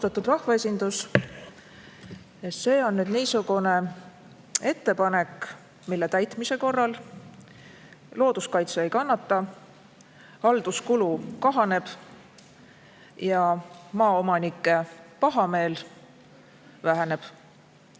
rahvaesindus! See on nüüd niisugune ettepanek, mille täitmise korral looduskaitse ei kannata, halduskulu kahaneb ja maaomanike pahameel väheneb. Milles